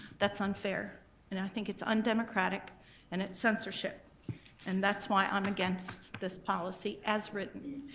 that's unfair and i think it's undemocratic and it's censorship and that's why i'm against this policy as written.